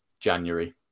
January